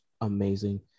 amazing